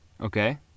Okay